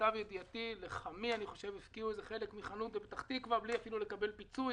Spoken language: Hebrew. שלמיטב ידיעתי לחמי הפקיעו חלק מחנות בפתח תקווה בלי אפילו לקבל פיצוי,